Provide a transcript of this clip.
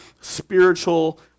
spiritual